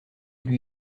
lui